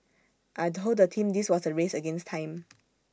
I Told the team this was A race against time